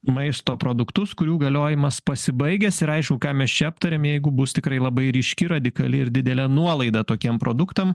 maisto produktus kurių galiojimas pasibaigęs ir aišku ką mes čia aptariam jeigu bus tikrai labai ryški radikali ir didelė nuolaida tokiem produktam